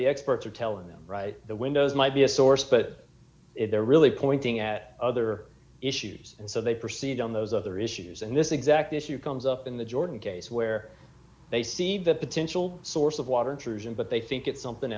the experts are telling them right the windows might be a source but they're really pointing at other issues and so they proceed on those other issues and this exact issue comes up in the jordan case where they see the potential source of water intrusion but they think it's something